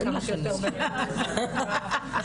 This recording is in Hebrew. החוק אושרה תודה